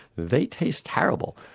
they taste terrible.